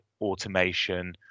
automation